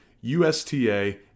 USTA